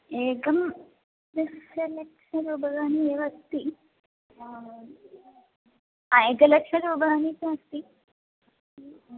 एकं दशलक्षरूप्यकाणि एव अस्ति एकलक्षरूप्यकाणि तु अस्ति